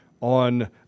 on